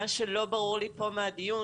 מה שלא ברור לי פה מהדיון,